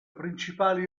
principali